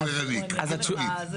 והוא ערני, כמו תמיד.